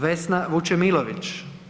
Vesna Vučemilović.